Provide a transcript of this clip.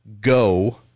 Go